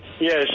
yes